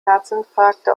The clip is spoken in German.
herzinfarkte